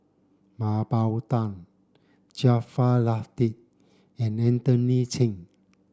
Mah Bow Tan Jaafar Latiff and Anthony Chen